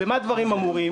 במה דברים אמורים?